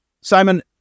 simon